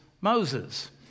Moses